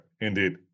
Indeed